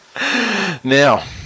Now